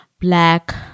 black